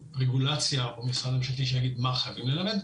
רגולציה או משרד ממשלתי שיגיד מה חייבים ללמד.